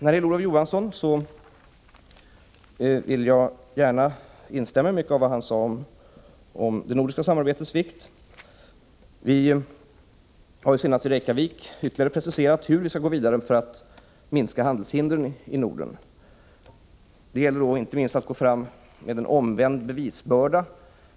Sedan vill jag gärna instämma i mycket av vad Olof Johansson sade om det nordiska samarbetets vikt. Vi har senast nu i Reykjavik ytterligare preciserat hur vi skall gå vidare för att minska handelshindren i Norden. Det gäller då inte minst att gå fram med en omvänd bevisbörda.